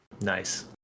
Nice